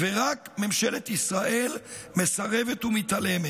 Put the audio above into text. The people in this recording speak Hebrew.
ורק ממשלת ישראל מסרבת ומתעלמת.